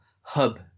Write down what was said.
hub